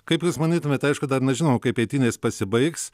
kaip jūs manytumėte aišku dar nežinau kaip eitynės pasibaigs